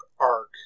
arc